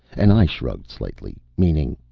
and i shrugged slightly, meaning,